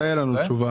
מתי תהיה לנו תשובה?